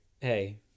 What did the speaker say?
Hey